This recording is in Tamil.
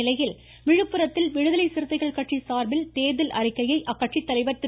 இந்நிலையில் விழுப்புரத்தில் விடுதலை சிறுத்தைகள் கட்சி சாா்பில் தோ்தல் அறிக்கையை அக்கட்சித்தலைவர் திரு